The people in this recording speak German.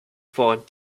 vor